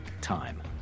time